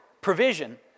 provision